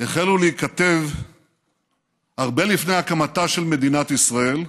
החלו להיכתב הרבה לפני הקמתה של מדינת ישראל,